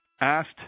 asked